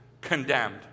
condemned